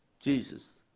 jesus.